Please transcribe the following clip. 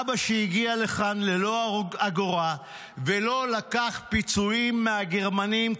אבא שהגיע לכאן ללא אגורה ולא לקח פיצויים מהגרמנים,